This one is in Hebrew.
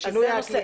רגע.